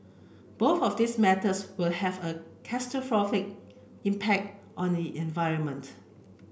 both of these methods will have a catastrophic impact on the environment